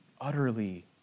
utterly